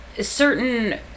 certain